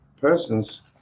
persons